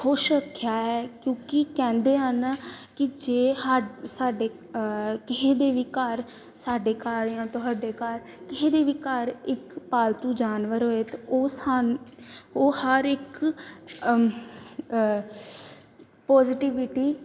ਖੁਸ਼ ਰੱਖਿਆ ਹੈ ਕਿਉਂਕਿ ਕਹਿੰਦੇ ਹਨ ਕਿ ਜੇ ਹਾ ਸਾਡੇ ਕਿਸੇ ਦੇ ਵੀ ਘਰ ਸਾਡੇ ਘਰ ਜਾਂ ਤੁਹਾਡੇ ਘਰ ਕਿਸੇ ਦੇ ਵੀ ਘਰ ਇੱਕ ਪਾਲਤੂ ਜਾਨਵਰ ਹੋਏ ਅਤੇ ਉਹ ਸਾਨੂੰ ਉਹ ਹਰ ਇੱਕ ਪੋਜੀਟੀਵਿਟੀ